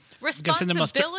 Responsibility